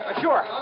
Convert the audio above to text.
Sure